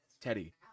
Teddy